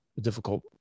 difficult